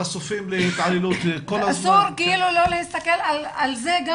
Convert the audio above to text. אסור לא להסתכל על זה גם